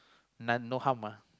non no harm ah